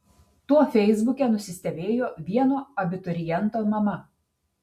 tuo feisbuke nusistebėjo vieno abituriento mama